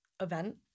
event